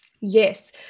Yes